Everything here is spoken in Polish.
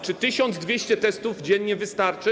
Czy 1200 testów dziennie wystarczy?